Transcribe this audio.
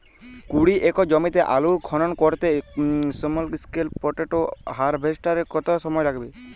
কুড়ি একর জমিতে আলুর খনন করতে স্মল স্কেল পটেটো হারভেস্টারের কত সময় লাগবে?